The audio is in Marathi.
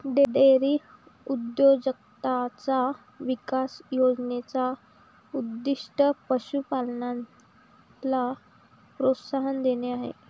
डेअरी उद्योजकताचा विकास योजने चा उद्दीष्ट पशु पालनाला प्रोत्साहन देणे आहे